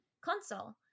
console